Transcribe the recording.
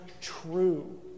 true